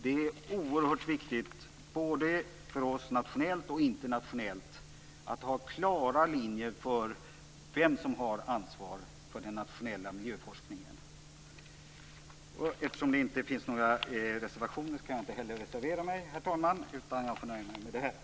Det är oerhört viktigt - både för oss nationellt och internationellt - att ha klara linjer för vem som har ansvar för den nationella miljöforskningen. Eftersom det inte finns några reservationer så kan jag heller inte reservera mig, herr talman. Jag får nöja mig med det här.